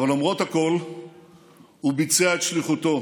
אבל למרות הכול הוא ביצע את שליחותו.